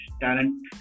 talent